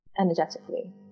Energetically